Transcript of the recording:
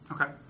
Okay